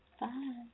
Bye